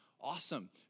awesome